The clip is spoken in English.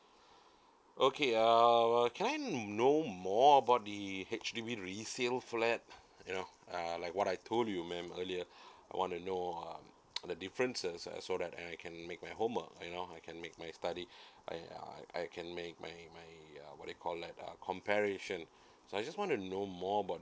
okay err can I know more about the H_D_B resale flat you know uh like what I told you ma'am earlier I wanna know uh the differences uh so that I can make my homework you know I can make my study I I I can make my my uh what they called like a compare ration so I just wanna know more about